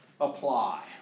Apply